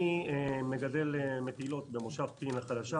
אני מגדל מטילות במושב פקיעין החדשה.